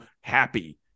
happy